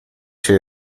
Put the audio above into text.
cię